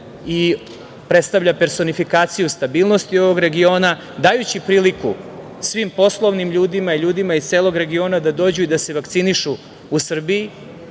i predstavlja personifikaciju stabilnosti ovog regiona dajući priliku svim poslovnim ljudima i ljudima iz celog regiona da dođu i da se vakcinišu u Srbiji,